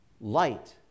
light